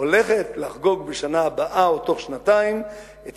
הולכת לחגוג בשנה הבאה או בתוך שנתיים את